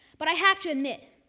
but i have to admit,